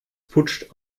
putscht